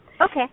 Okay